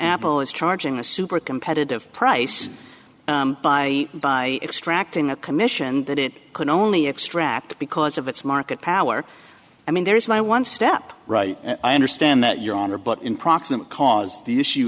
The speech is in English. apple is charging the super competitive price by by extracting a commission that it can only extract because of its market power i mean there's my one step right i understand that your honor but in proximate cause the issue